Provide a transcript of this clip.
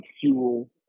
fuel